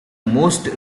most